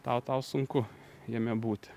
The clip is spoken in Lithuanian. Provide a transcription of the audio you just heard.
tau tau sunku jame būti